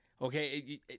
okay